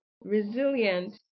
resilient